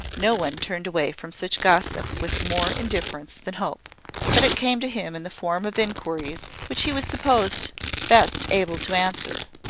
no one turned away from such gossip with more indifference than hope but it came to him in the form of inquiries which he was supposed best able to answer.